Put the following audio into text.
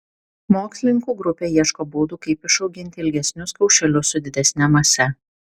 mokslininkų grupė ieško būdų kaip išauginti ilgesnius kaušelius su didesne mase